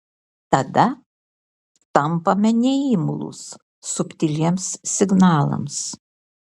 tada tampame neimlūs subtiliems signalams